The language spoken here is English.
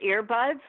earbuds